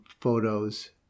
photos